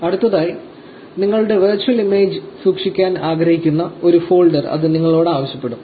അടുത്തതായി നിങ്ങളുടെ virtual image സൂക്ഷിക്കാൻ ആഗ്രഹിക്കുന്ന ഒരു ഫോൾഡർ അത് നിങ്ങളോട് ആവശ്യപ്പെടും